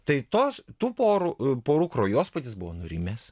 tai tos tų porų porų kraujospūdis buvo nurimęs